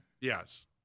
Yes